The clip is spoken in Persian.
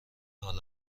حال